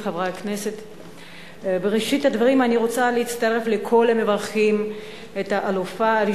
לארצות-הברית ולפלסטינים על מעמדה העתידי של העיר על רקע יום